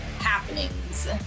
happenings